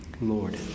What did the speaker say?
Lord